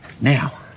Now